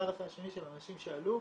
אחד אחרי השני של אנשים שעלו,